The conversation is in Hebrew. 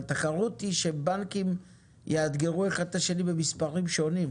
התחרות היא שבנקים יאתגרו אחד את השני במספרים שונים,